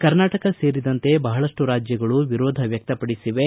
ಕರ್ನಾಟಕ ಸೇರಿದಂತೆ ಬಹಳಷ್ಟು ರಾಜ್ಯಗಳು ವಿರೋಧ ವ್ಯಕ್ತಪಡಿಸಿವೆ